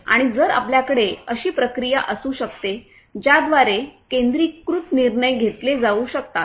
आणि जर आपल्याकडे अशी प्रक्रिया असू शकते ज्याद्वारे केंद्रीकृत निर्णय घेतले जाऊ शकतात